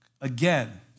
Again